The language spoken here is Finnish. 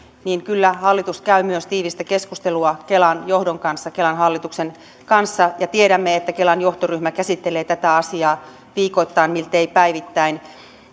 niin kyllä hallitus käy myös tiivistä keskustelua kelan johdon kanssa kelan hallituksen kanssa tiedämme että kelan johtoryhmä käsittelee tätä asiaa viikoittain miltei päivittäin